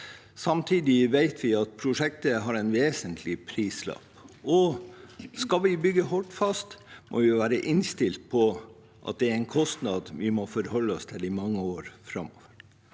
Samtidig vet vi at prosjektet har en vesentlig prislapp, og skal vi bygge Hordfast, må vi være innstilt på at det er en kostnad vi må forholde oss til i mange år framover.